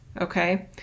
Okay